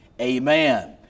Amen